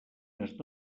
més